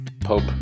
Pope